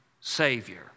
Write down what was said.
Savior